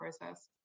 process